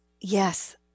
Yes